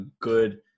good